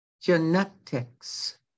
Genetics